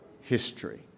history